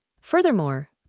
Furthermore